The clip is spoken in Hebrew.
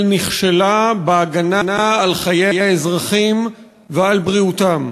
נכשלה בהגנה על חיי אזרחים ועל בריאותם.